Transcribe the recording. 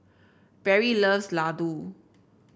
Berry loves Ladoo